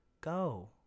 Go